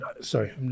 sorry